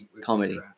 Comedy